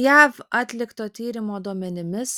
jav atlikto tyrimo duomenimis